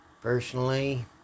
Personally